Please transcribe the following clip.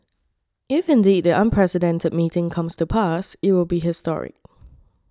if indeed the unprecedented meeting comes to pass it will be historic